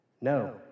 No